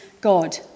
God